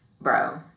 bro